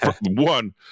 one